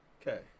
Okay